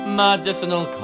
medicinal